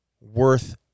worth